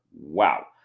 Wow